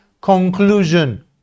conclusion